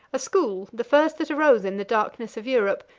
a school, the first that arose in the darkness of europe,